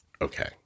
Okay